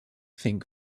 think